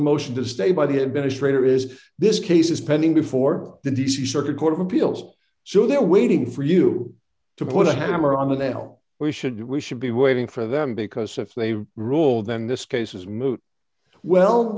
the motion to stay by the administrator is this case is pending before the d c circuit court of appeals so they're waiting for you to put a camera on the now we should we should be waiting for them because if they rule then this case is moot well